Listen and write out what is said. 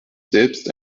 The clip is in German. selbst